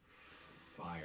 fire